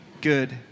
good